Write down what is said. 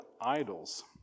idols